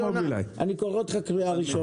אני קורא אותך לסדר בפעם הראשונה.